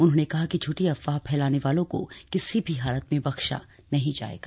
उन्होंने कहा कि झूठी अफवाह फैलाने वालों को किसी भी हालत में बख्शा नहीं जाएगा